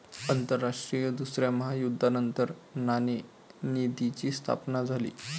आंतरराष्ट्रीय दुसऱ्या महायुद्धानंतर नाणेनिधीची स्थापना झाली